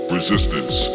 Resistance